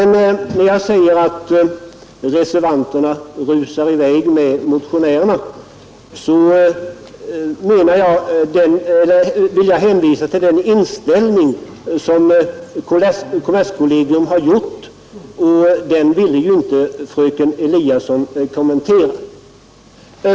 När jag säger att reservanterna rusar i väg med motionärerna bygger jag på den inställning som kommerskollegiet har, och den ville ju inte fröken Eliasson kommentera.